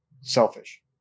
selfish